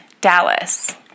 Dallas